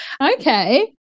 Okay